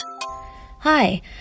Hi